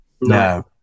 no